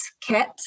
kit